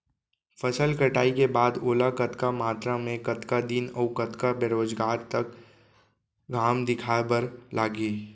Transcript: फसल कटाई के बाद ओला कतका मात्रा मे, कतका दिन अऊ कतका बेरोजगार तक घाम दिखाए बर लागही?